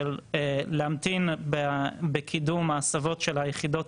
של להמתין בקידום ההסבות של היחידות,